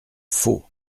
faux